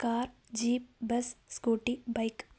car jeep bus scooty bike